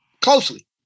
closely